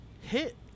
hit